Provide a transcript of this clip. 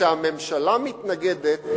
שכשהממשלה מתנגדת,